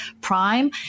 prime